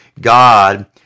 God